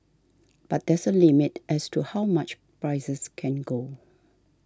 but there's a limit as to how much prices can go